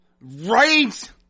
Right